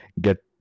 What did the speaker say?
get